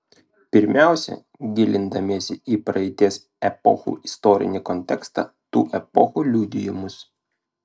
pirmiausia gilindamiesi į praeities epochų istorinį kontekstą tų epochų liudijimus